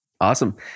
Awesome